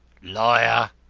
liar!